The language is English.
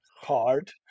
hard